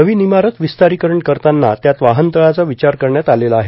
नवीन इमारत विस्तारीकरण करताना त्यात वाहनतळाचा विचार करण्यात आलेला आहे